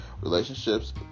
Relationships